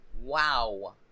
Wow